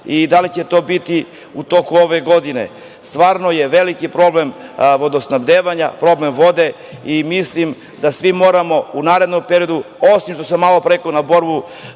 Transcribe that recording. i da li će to biti u toku ove godine? Stvarno je veliki problem vodosnabdevanja, problem vode i mislim da svi moramo u narednom periodu, osim što sam malopre rekao za borbu